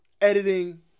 editing